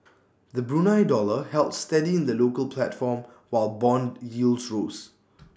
the Brunei dollar held steady in the local platform while Bond yields rose